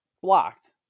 blocked